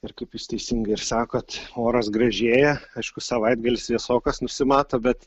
ir kaip jūs teisingai ir sakot oras gražėja aišku savaitgalis vėsokas nusimato bet